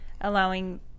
allowing